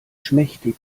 schmächtig